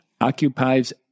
occupies